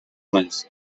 naiz